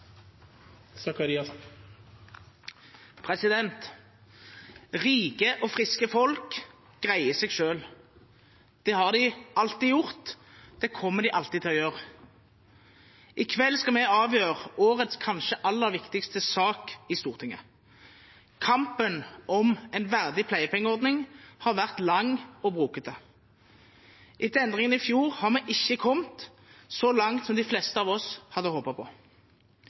Rike og friske folk greier seg selv. Det har de alltid gjort, og det kommer de alltid til å gjøre. I kveld skal vi avgjøre årets kanskje aller viktigste sak i Stortinget. Kampen om en verdig pleiepengeordning har vært lang og brokete. Etter endringene i fjor har vi ikke kommet så langt som de fleste av oss hadde håpet på.